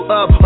up